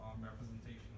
representation